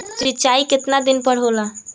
सिंचाई केतना दिन पर होला?